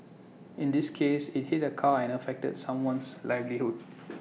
in this case IT hit A car and affected someone's livelihood